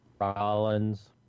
Rollins